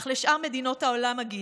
אך לשאר מדינות העולם אגיד: